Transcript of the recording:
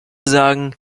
sagen